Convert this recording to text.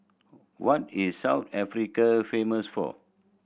what is South Africa famous for